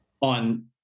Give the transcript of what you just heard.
on